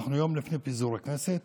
אנחנו יום לפני פיזור הכנסת,